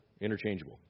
interchangeable